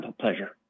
pleasure